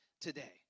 today